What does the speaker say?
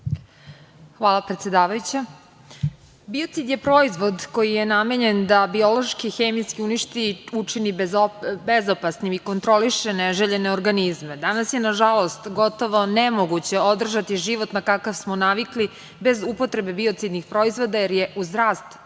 Hvala, predsedavajuća. Biocid je proizvod koji je namenjen da biološki i hemijski uništi, učini bezopasnim i kontroliše neželjene organizme. Danas je, nažalost, gotovo nemoguće održati život na kakav smo navikli bez upotrebe biocidnih proizvoda, jer je uz rast ljudske